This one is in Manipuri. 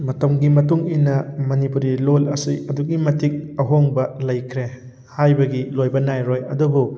ꯃꯇꯝꯒꯤ ꯃꯇꯨꯡ ꯏꯟꯅ ꯃꯅꯤꯄꯨꯔꯤ ꯂꯣꯜ ꯑꯁꯤ ꯑꯗꯨꯛꯀꯤ ꯃꯇꯤꯛ ꯑꯍꯣꯡꯕ ꯂꯩꯈ꯭ꯔꯦ ꯍꯥꯏꯕꯒꯤ ꯂꯣꯏꯕ ꯅꯥꯏꯔꯣꯏ ꯑꯗꯨꯕꯨ